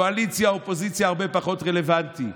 קואליציה אופוזיציה זה הרבה פחות רלוונטי,